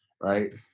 right